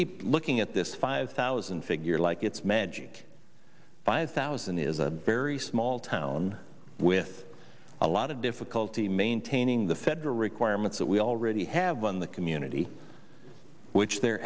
keep looking at this five thousand figure like it's magic five thousand is a very small town with a lot of difficulty maintaining the federal requirements that we already have on the community which they're